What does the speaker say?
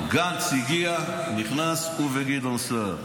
גנץ הגיע, נכנס, הוא וגדעון סער,